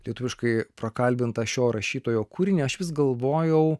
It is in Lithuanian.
lietuviškai prakalbintas šio rašytojo kūrinio aš vis galvojau